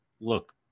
look